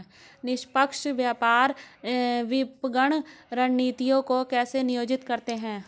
निष्पक्ष व्यापार विपणन रणनीतियों को कैसे नियोजित करते हैं?